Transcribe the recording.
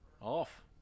Off